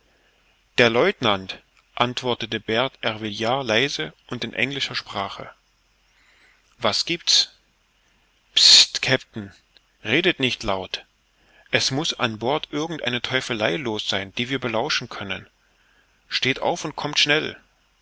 der lieutenant antwortete bert ervillard leise in englischer sprache was gibt's pst capt'n redet nicht laut es muß an bord irgend eine teufelei los sein die wir belauschen können steht auf und kommt schnell